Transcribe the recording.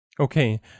Okay